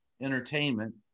entertainment